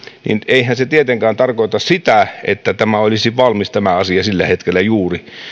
niin eihän se tietenkään tarkoita sitä että tämä asia olisi valmis sillä hetkellä juuri